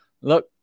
look